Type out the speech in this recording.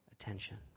attention